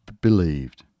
believed